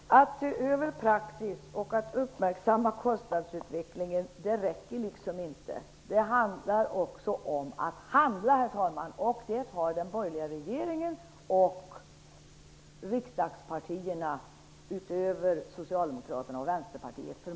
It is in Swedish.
Herr talman! Det räcker inte att se över praxis och att uppmärksamma kostnadsutvecklingen. Det handlar också om att handla, herr talman, vilket den borgerliga regeringen och riksdagspartierna förmått att göra, utöver Socialdemokraterna och Vänsterpartiet.